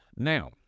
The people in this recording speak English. Now